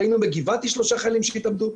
היו לנו בגבעתי שלושה חיילים שהתאבדו.